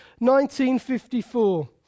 1954